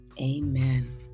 Amen